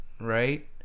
right